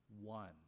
one